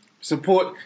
Support